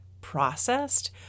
processed